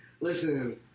Listen